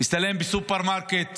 הצטלם בסופרמרקט